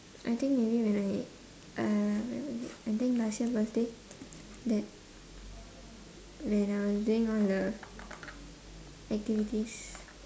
I think maybe when I uh I think last year birthday that when I was doing all the activities